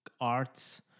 arts